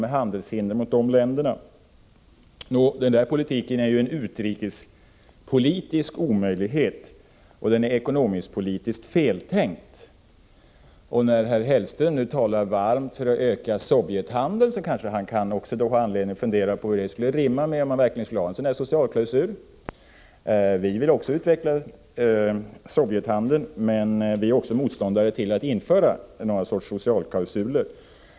Denna politik är en utrikespolitisk omöjlighet, och den är ekonomisk-politiskt feltänkt. När herr Hellström nu talar varmt för en ökning av Sovjethandeln kanske han också har anledning att fundera över hur det skulle rimma med en sådan socialklausul. Även vi vill utveckla Sovjethandeln, men vi är motståndare till införande av socialklausuler.